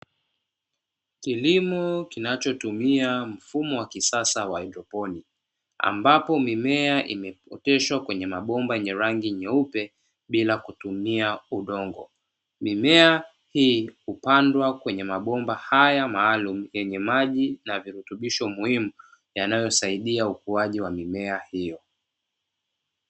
Kilimo kinachotumia mfumo wa kisasa wa "hydroponic", ambapo mimea imeoteshwa kwenye mabomba yenye rangi nyeupe bila kutumia udongo. Mimea hii hupandwa kwenye mabomba haya maalumu yenye maji na virutubisho muhimu yanayosaidia ukuaji wa mimea hiyo.